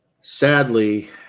Sadly